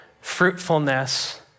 fruitfulness